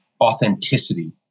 authenticity